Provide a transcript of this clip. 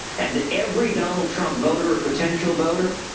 and, every donald trump voter or potential voter,